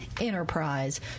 Enterprise